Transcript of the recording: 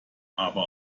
aber